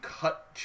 cut